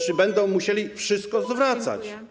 Czy będą musieli wszystko zwracać?